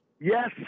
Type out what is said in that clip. Yes